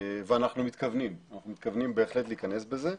ואנחנו מתכוונים בהחלט להיכנס בזה.